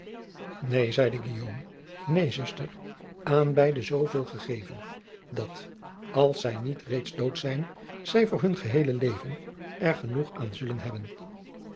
een zeide neen zuster aan beide zooveel gegeven dat als zij niet reeds dood zijn driaan oosjes zn et leven van aurits ijnslager zij voor hun geheele leven er genoeg aan zullen hebben